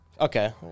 Okay